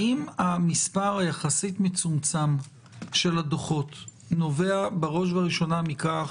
האם המספר היחסית מצומצם של הדוחות נובע בראש ובראשונה מכך